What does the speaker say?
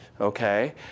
okay